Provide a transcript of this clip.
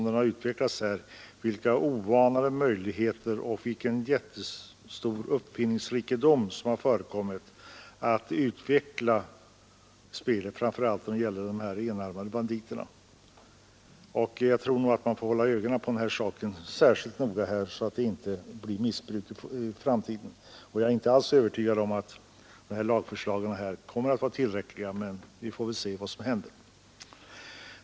Det är förunderligt vilken jättelik uppfinningsrikedom det finns inom denna bransch för att utveckla spelet — framför allt gäller det de enarmade banditerna. Jag är inte alls övertygad om att det föreliggande lagförslaget kommer att vara tillr ligt, men vi får väl se vad som händer.